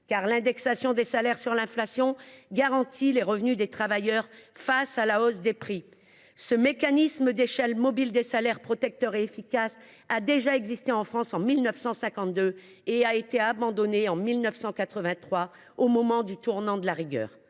sur l’inflation, car cela permettra de garantir les revenus des travailleurs face à la hausse des prix. Ce mécanisme d’échelle mobile des salaires, protecteur et efficace, a déjà existé en France en 1952 et a été abandonné en 1983 au moment du tournant de la rigueur.